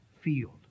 field